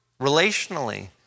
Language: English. relationally